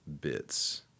bits